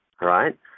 right